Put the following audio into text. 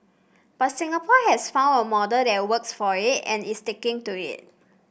but Singapore has found a model that works for it and is sticking to it